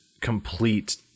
complete